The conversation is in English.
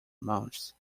months